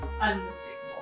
unmistakable